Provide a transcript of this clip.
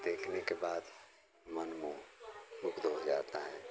देखने के बाद मन मोह मुग्ध हो जाता है